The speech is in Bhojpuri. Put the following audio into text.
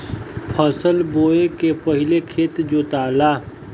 फसल बोवले के पहिले खेत जोताला